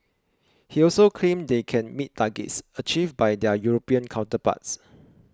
he also claimed they can meet targets achieved by their European counterparts